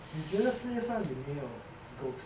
你觉得世界上有没有 ghost